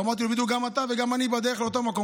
אמרתי לו: בדיוק, גם אתה וגם אני בדרך לאותו מקום.